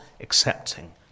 accepting